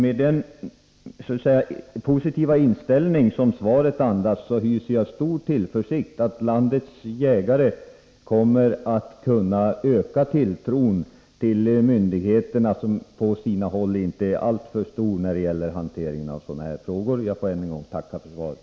Med hänsyn till den positiva inställning som svaret andas hyser jag stor tillförsikt om att landets jägare kommer att kunna öka tilltron till myndigheterna — en tilltro som på sina håll inte är alltför stor — när det gäller hanteringen av dessa frågor. Jag ber än en gång att få tacka för svaret.